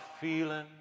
feeling